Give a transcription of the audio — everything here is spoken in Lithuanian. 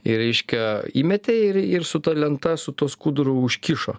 ir reiškia įmetė ir ir su ta lenta su tuo skuduru užkišo